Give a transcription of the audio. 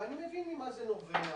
ואני מבין ממה זה נובע